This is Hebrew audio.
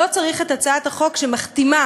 לא צריך את הצעת החוק שמכתימה